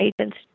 agents